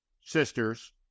sisters